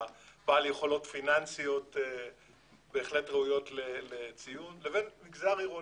בעל יכולת פיננסיות ראויות לציון לבין מגזר עירוני.